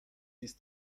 ist